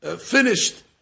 finished